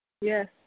Yes